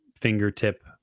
fingertip